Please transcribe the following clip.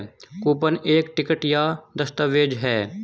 coupon एक ticket या दस्तावेज़ है